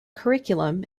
curriculum